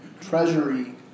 treasury